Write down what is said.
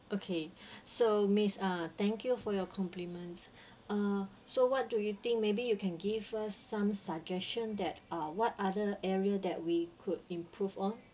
okay so miss uh thank you for your compliments uh so what do you think maybe you can give us some suggestion that uh what other area that we could improve on